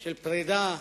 של פרידה,